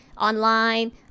online